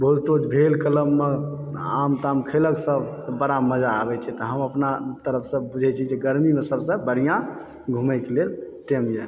भोज तोज भेल कलम मे आम ताम खेलक सब तऽ बड़ा मजा आबै छै तऽ हम अपना तरफ सऽ बुझे छिए जे गरमी मे सबसे बढिऑं घुमय कऽ लेल टाइम यऽ